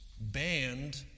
banned